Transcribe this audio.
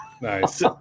Nice